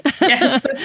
Yes